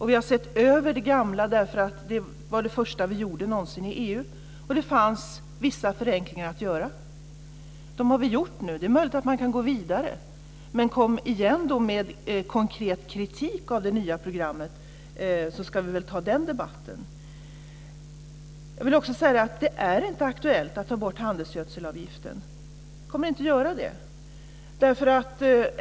Vi har sett över det gamla, därför att det var det första vi gjorde någonsin i EU, och det fanns vissa förenklingar att göra. Dem har vi gjort nu. Det är möjligt att man kan gå vidare. Men kom då igen med konkret kritik av det nya programmet, så ska vi väl ta den debatten! Jag vill också säga att det inte är aktuellt att ta bort handelsgödselsavgiften. Vi kommer inte att göra det.